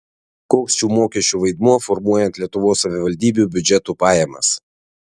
koks šių mokesčių vaidmuo formuojant lietuvos savivaldybių biudžetų pajamas